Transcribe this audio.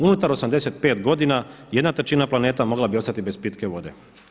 Unutar 85 godina jedna trećina planeta mogla bi ostati bez pitke vode.